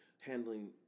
handling